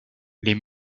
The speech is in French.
les